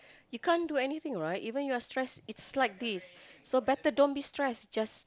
you can't do anything right even you are stress it's like this so don't be stress it's just